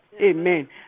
Amen